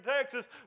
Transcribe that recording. Texas